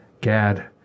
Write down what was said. GAD